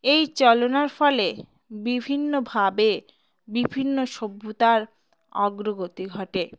এই চলনার ফলে বিভিন্নভাবে বিভিন্ন সভ্যতার অগ্রগতি ঘটে